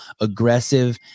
aggressive